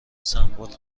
سمبل